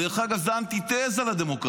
דרך אגב זה אנטיתזה לדמוקרטיה.